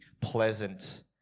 pleasant